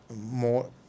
more